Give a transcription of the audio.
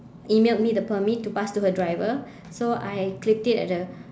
emailed me the permit to pass to her driver so I clipped it at the